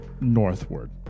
northward